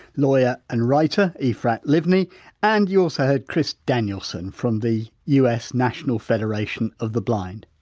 whitelawyer and writer ephrat livni and you also heard chris danielsen from the us national federation of the blind.